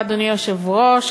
אדוני היושב-ראש,